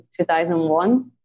2001